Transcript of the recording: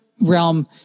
realm